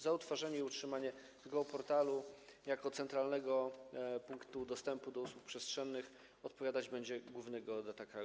Za utworzenie i utrzymanie geoportalu jako centralnego punktu dostępu do usług przestrzennych odpowiadać będzie główny geodeta kraju.